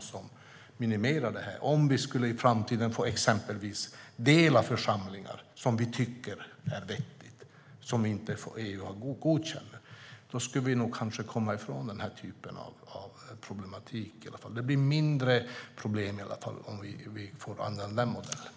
som minimerar detta - om vi i framtiden exempelvis skulle få dela församlingar, som vi tycker är vettigt och som EU inte har godkänt - då skulle vi kanske komma ifrån den här typen av problematik. Det blir i alla fall mindre problem om vi får använda den modellen.